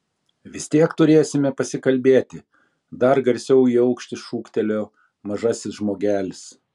vis tiek turėsime pasikalbėti dar garsiau į aukštį šūktelėjo mažasis žmogelis